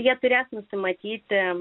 jie turės nusimatyti